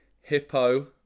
Hippo